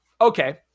okay